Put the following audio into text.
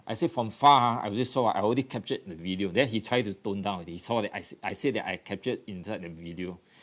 I said from far ah I already saw ah I already captured the video then he tried to tone down already so that I I said that I captured inside the video